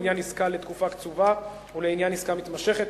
לעניין עסקה לתקופה קצובה ולעניין עסקה מתמשכת,